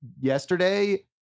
yesterday